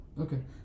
Okay